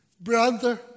brother